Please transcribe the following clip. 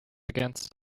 against